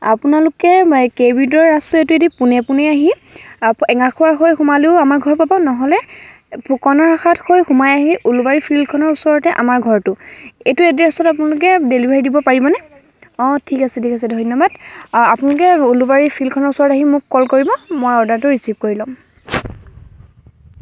আপোনালোকে কেভিদৰ ৰাস্তাটোৱেদি পোনে পোনে আহি এঙাৰখোৱা হৈ সোমালেও আমাৰ ঘৰ পাব নহ'লে ফুকনপহাটহৈ সোমাই আহি উলুবাৰী ফিল্ডখনৰ ওচৰতে আমাৰ ঘৰটো এইটো এড্ৰেছত আপোনালোকে ডিলীভাৰী দিব পাৰিবনে অ ঠিক আছে ঠিক আছে ধন্যবাদ আপোনালোকে উলুবাৰী ফিল্ডখনৰ ওচৰত আহি মোক কল কৰিব মই অৰ্ডাৰটো ৰিচিভ কৰি ল'ম